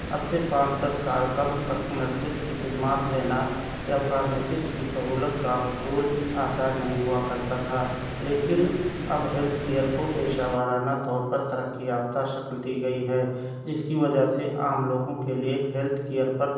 اب سے پانچ دس سال قبل تک نرسس کی خدمات لینا یا فارمسسٹ کی سہولت کا حصول آسان نہیں ہوا کرتا تھا لیکن اب ہیلتھ کیئر کو پیشہ وارانہ طور پر ترقی یافتہ شکل دی گئی ہے جس کی وجہ سے عام لوگوں کے لئے ہیلتھ کیئر پر